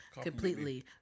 completely